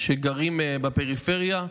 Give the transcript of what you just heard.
שגרים בפריפריה,